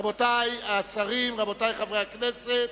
רבותי השרים, רבותי חברי הכנסת,